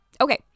Okay